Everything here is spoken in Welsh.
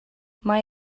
mae